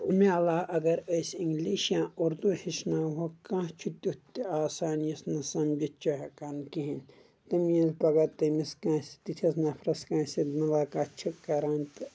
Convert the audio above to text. امہِ علاو اگر اسۍ انگلش یا اردوٗ ہیٚچھناو ہوٚکھ کانٛہہ چھِ تیُتھ تہِ آسان یُس نہٕ سمجھتھ چھِ ہیٚکان کہیٖنۍ تِم ییٚلہِ پگہہ تٔمِس کٲنٛسہِ تِتھِس نفرس کٲنٛسہِ مُلاقات چھُ کران تہٕ